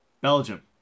Belgium